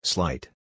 Slight